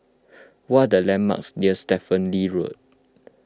what are the landmarks near Stephen Lee Road